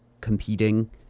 competing